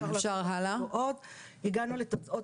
הגענו לתוצאות